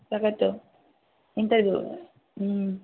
তাকেতো ইণ্টাৰভিউ